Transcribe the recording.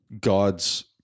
God's